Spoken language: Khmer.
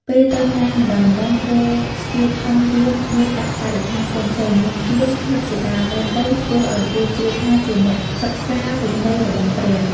ពេលទៅណាម្ដងៗគេស្ពាយថង់យាមមួយដាក់បរិក្ខាផ្សេងៗ មានទៀន ធូបជាដើម មើលទៅគួរឲ្យគេជឿថា ជានាក់សិក្សាវិន័យរបស់ព្រះ ។